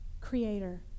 Creator